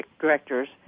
directors